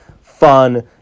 fun